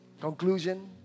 conclusion